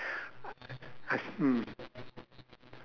I see